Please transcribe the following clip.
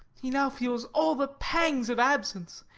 he now feels all the pangs of absence,